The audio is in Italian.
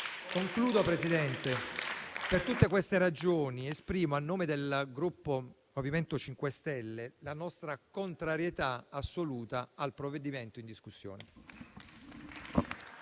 (Per tutte queste ragioni esprimo a nome del Gruppo MoVimento 5 Stelle la nostra contrarietà assoluta al provvedimento in discussione.